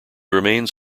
remains